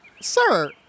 Sir